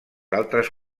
altres